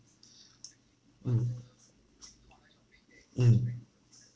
mmhmm mm